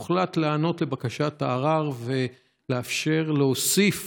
הוחלט להיענות לבקשת הערר ולאפשר להוסיף